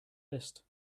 list